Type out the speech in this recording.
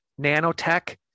nanotech